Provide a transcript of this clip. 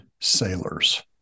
sailors